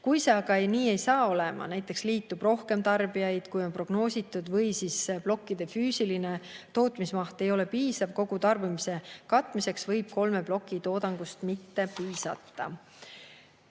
Kui see aga nii ei saa olema, näiteks liitub rohkem tarbijaid, kui on prognoositud, või plokkide füüsiline tootmismaht ei ole piisav kogutarbimise katmiseks, võib kolme ploki toodangust mitte piisata.